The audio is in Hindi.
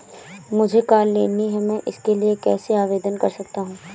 मुझे कार लेनी है मैं इसके लिए कैसे आवेदन कर सकता हूँ?